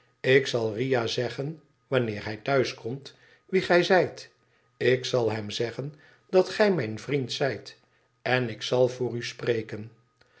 ik zal riah zeggen wanneer hij thuis komt wie gij zijt ik zal hem zeggen dat gij mijn vriend zijt en ik zal voor u spreken